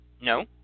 No